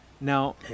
now